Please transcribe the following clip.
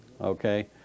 okay